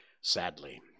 sadly